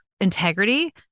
integrity